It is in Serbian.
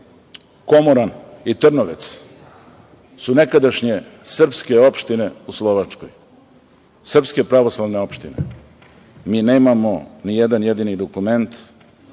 Komoran i Trnovec, su nekadašnje srpske opštine u Slovačkoj, srpske pravoslavne opštine. Mi nemamo ni jedan jedini dokument,